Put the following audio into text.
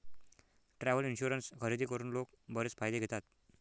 travel insurance खरेदी करून लोक बरेच फायदे घेतात